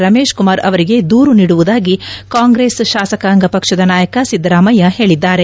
ರಮೇಶ್ಕುಮಾರ್ ಅವರಿಗೆ ದೂರು ನೀಡುವುದಾಗಿ ಕಾಂಗ್ರೆಸ್ ಶಾಸಕಾಂಗ ಪಕ್ಷದ ನಾಯಕ ಸಿದ್ದರಾಮಯ್ಯ ಹೇಳಿದ್ದಾರೆ